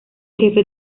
jefe